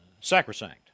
sacrosanct